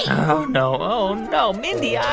ah oh, no. oh, no. mindy, yeah